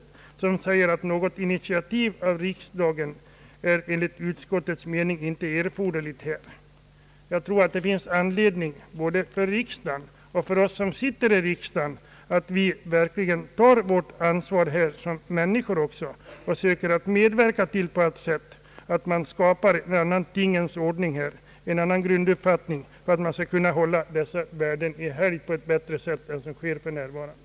Det anser nämligen att något initiativ av riksdagen inte erfordras. Jag tror att det finns anledning för oss som sitter i riksdagen att verkligen ta vårt ansvar och söka medverka på alla vis till att skapa en annan tingens ordning och en annan grunduppfattning, så att dessa värden skall kunna hållas i helgd på ett bättre sätt än som sker för närvarande.